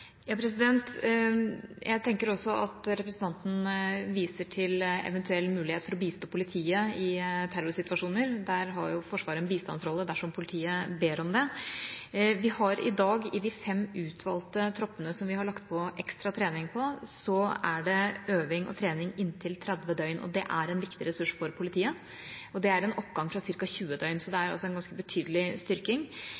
Jeg tenker også at representanten viser til eventuell mulighet for å bistå politiet i terrorsituasjoner. Der har Forsvaret en bistandsrolle dersom politiet ber om det. I de fem utvalgte troppene som vi har lagt på ekstra trening, er det i dag øving og trening inntil 30 døgn, og det er en viktig ressurs for politiet. Det er en oppgang fra ca. 20 døgn, så det er en ganske betydelig styrking.